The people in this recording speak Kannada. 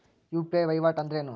ಯು.ಪಿ.ಐ ವಹಿವಾಟ್ ಅಂದ್ರೇನು?